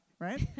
right